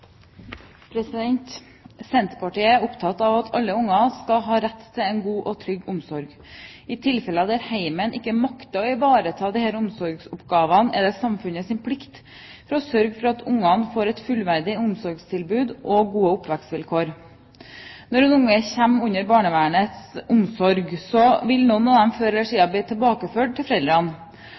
trygg omsorg. I tilfeller der hjemmet ikke makter å ivareta omsorgsoppgavene, er det samfunnets plikt å sørge for at barn og unge får et fullverdig omsorgstilbud og gode oppvekstvilkår. Når et barn kommer inn under barnevernets omsorg, vil noen av dem før eller siden bli tilbakeført til sine foreldre. Man har alltid et håp om at foreldrene